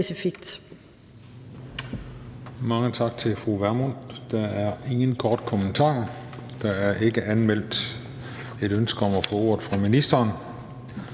Mange tak til fru Pernille Vermund. Der er ingen korte bemærkninger, og der er ikke anmeldt et ønske om at få ordet fra ministerens